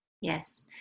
Yes